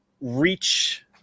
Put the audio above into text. reach